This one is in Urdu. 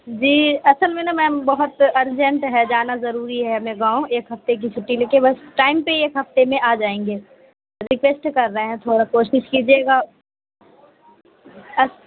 جی اصل میں نہ میم بہت ارجینٹ ہے جانا ضروری ہے ہمیں گاؤں ایک ہفتے کی چھٹی لے کے بس ٹائم پہ ہی ایک ہفتے میں آ جائیں گے ریکویسٹ کر رہے ہیں تھوڑا کوشش کیجیے گا